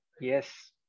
Yes